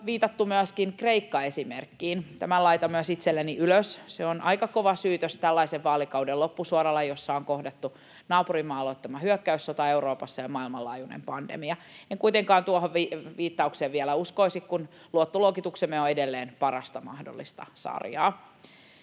viitattu myöskin Kreikka-esimerkkiin. Tämän laitan myös itselleni ylös. Se on aika kova syytös tällaisen vaalikauden loppusuoralla, jossa on kohdattu naapurimaan aloittama hyökkäyssota Euroopassa ja maailmanlaajuinen pandemia. En kuitenkaan tuohon viittaukseen vielä uskoisi, kun luottoluokituksemme on edelleen parasta mahdollista sarjaa.